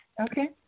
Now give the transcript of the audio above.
Okay